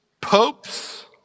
popes